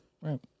Right